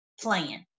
plan